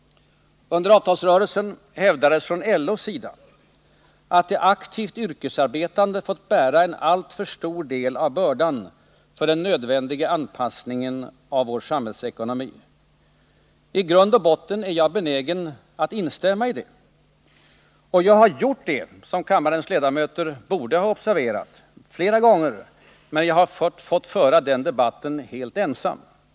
Under avtalsrörelsen hävdades från LO:s sida att de aktivt yrkesarbetande fått bära en alltför stor del av bördan för den nödvändiga anpassningen av vår samhällsekonomi. I grund och botten är jag benägen att instämma i detta. Jag har gjort det, som kammarens ledamöter borde ha observerat, flera gånger, men jag har fått föra den debatten helt ensam.